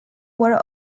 were